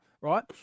Right